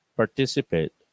participate